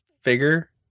figure